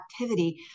activity